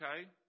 okay